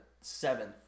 seventh